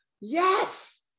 Yes